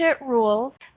rules